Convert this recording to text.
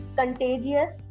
contagious